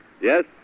Yes